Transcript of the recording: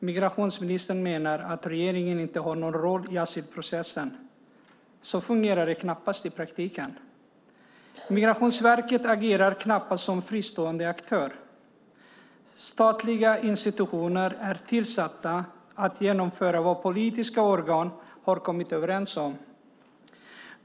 Migrationsministern menar att regeringen inte har någon roll i asylprocessen. Så fungerar det knappast i praktiken. Migrationsverket agerar knappast som fristående aktör. Statliga institutioner är tillsatta för att genomföra vad politiska organ har kommit överens om.